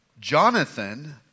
Jonathan